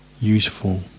Useful